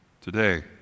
Today